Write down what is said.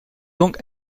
donc